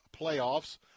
playoffs